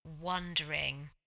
wondering